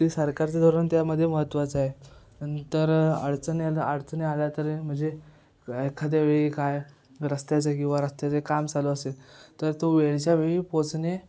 ते सरकारचं धोरण त्यामध्ये महत्त्वाचं आहे नंतर अडचणी अडचणी आला तर म्हणजे एखाद्या वेळी काय रस्त्याचं किंवा रस्त्याचे काम चालू असेल तर तो वेळच्या वेळी पोचणे